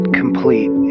complete